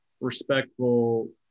respectful